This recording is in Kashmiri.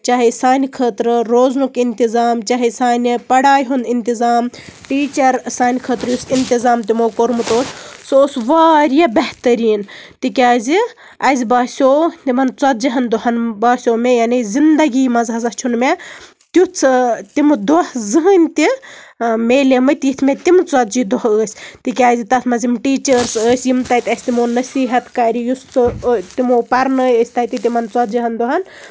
چاہے سانہِ خٲطرٕ روزنُک اِنتِظام چاہے سانہِ پَڑایہِ ہُنٛد اِنتِظام ٹیٖچر سانہِ خٲطرٕ یُس اِنتِظام تِمو کوٚرمُت اوس سُہ اوس واریاہ بہتریٖن تِکیٛازِ اَسہِ باسیٚو یِمن ژَتجی ہن دۄہَن باسیٚو مےٚ یانے زِنٛدگی منٛز ہسا چھُنہٕ مےٚ تیُتھ تِم دۄہ زٕہٕنٛے تہِ میلے مٕتۍ یِم مےٚ تِتھۍ ژَتجی دۄہ ٲسۍ تِکیٛازِ تَتھ منٛز یِم ٹیٖچٲرٕس ٲسۍ یِم تتہِ اَسہِ تِمو نصیٖحت کَرِ یُس تِمو پَرنوو أسۍ تَتہِ تِمن ژَتجی ہن دۄہَن